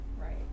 right